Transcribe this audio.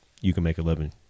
you-can-make-a-living